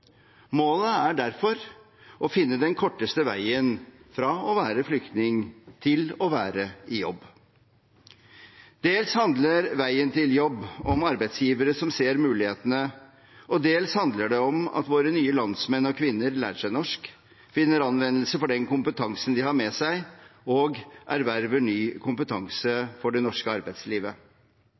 Målet er derfor å finne den korteste veien fra å være flyktning til å være i jobb. Dels handler veien til jobb om arbeidsgivere som ser mulighetene, og dels handler det om at våre nye landsmenn og -kvinner lærer seg norsk, finner anvendelse for den kompetansen de har med seg, og erverver ny kompetanse for det norske arbeidslivet.